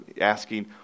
asking